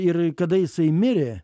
ir kada jisai mirė